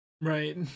Right